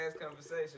conversation